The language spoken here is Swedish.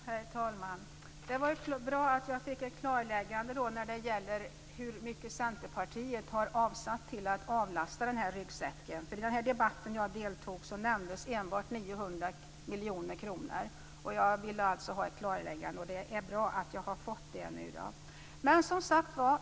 Herr talman! Det var bra att jag fick ett klarläggande om hur mycket Centerpartiet har avsatt för att avlasta ryggsäcken. I den debatt jag deltog i nämndes enbart 900 miljoner kronor. Jag ville ha ett klarläggande, och det är bra att jag har fått det.